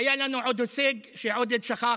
והיה לנו עוד הישג שעודד שכח,